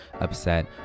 upset